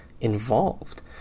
involved